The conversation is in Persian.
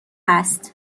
است